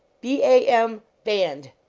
b a m, band,